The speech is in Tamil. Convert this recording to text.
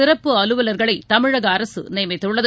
சிறப்பு அலுவல்களைதமிழகஅரசுநியமித்துள்ளது